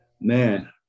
Man